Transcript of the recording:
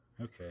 Okay